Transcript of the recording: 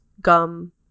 gum